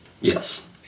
Yes